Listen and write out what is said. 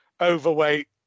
overweight